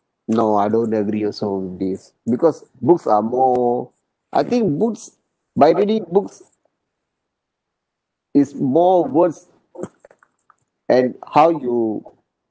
no I don't agree also with this because books are more I think books by reading books is more worth and how you